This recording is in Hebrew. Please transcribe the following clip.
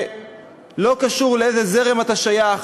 לא קשור לאיזה זרם אתה שייך,